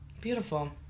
Beautiful